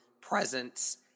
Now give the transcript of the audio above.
presence